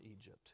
Egypt